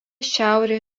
šiaurėje